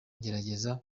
ngerageza